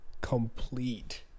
complete